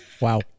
Wow